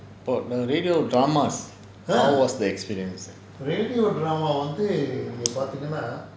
oh the radio dramas how was the experience